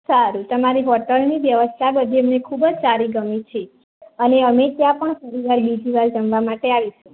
સારું તમારી હોટેલની વ્યવસ્થા બધી અમને ખૂબ જ સારી ગમી છે અને અમે ત્યાં પણ ફરીવાર બીજી વાર જમવા માટે આવીશું